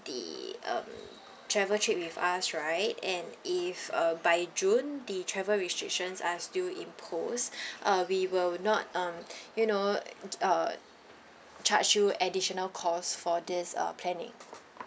the um travel trip with us right and if uh by june the travel restrictions are still imposed uh we will not uh you know charge you additional cost for this uh planning